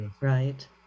right